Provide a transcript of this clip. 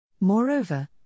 Moreover